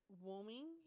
warming